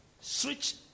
Switch